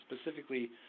specifically